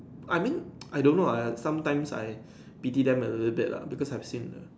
I mean I don't know ah sometimes I pity them a little bit lah because I've seen the